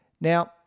Now